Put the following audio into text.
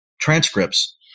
transcripts